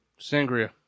Sangria